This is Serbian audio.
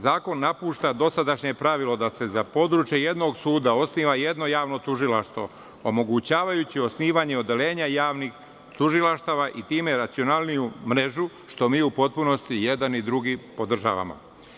Zakon napušta dosadašnje pravilo da se za područje jednog suda osniva jedno javno tužilaštvo, omogućavajući osnivanje odeljenja javnih tužilaštava i time racionalniju mrežu, što mi u potpunosti podržavamo.